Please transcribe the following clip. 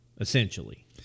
essentially